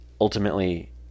ultimately